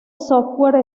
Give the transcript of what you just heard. software